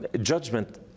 judgment